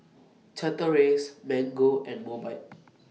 Chateraise Mango and Mobike